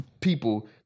people